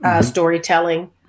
storytelling